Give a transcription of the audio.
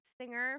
singer